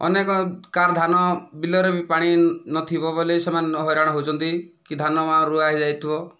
ଅନେକ କାହାର ଧାନ ବିଲରେ ବି ପାଣି ନଥିବ ବୋଲି ସେମାନେ ହଇରାଣ ହେଉଛନ୍ତି କି ଧାନ ମାରୁଆ ହୋଇଯାଇଥିବ